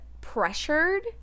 Pressured